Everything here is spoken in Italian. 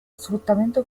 sfruttamento